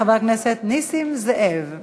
חבר הכנסת נסים זאב,